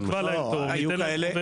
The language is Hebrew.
נקבע להם תור --- לא,